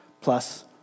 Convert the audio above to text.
plus